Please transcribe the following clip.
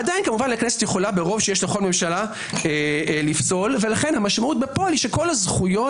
עדיין הכנסת יכולה ברוב לפסול ולכן המשמעות בפועל היא שכל הזכויות